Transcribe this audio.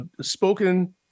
spoken